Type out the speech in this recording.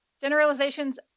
generalizations